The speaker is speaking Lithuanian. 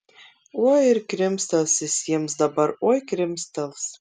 oi ir krimstels jis jiems dabar oi krimstels